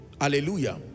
Hallelujah